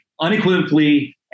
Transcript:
unequivocally